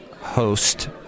Host